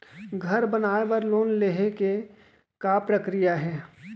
घर बनाये बर लोन लेहे के का प्रक्रिया हे?